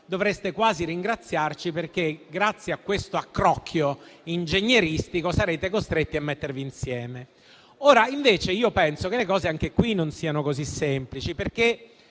dovreste quasi ringraziarci, perché, grazie a questo accrocco ingegneristico, sarete costretti a mettervi insieme. Io invece penso che le cose anche qui non siano così semplici.